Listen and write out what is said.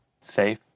safe